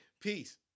peace